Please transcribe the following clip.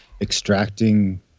extracting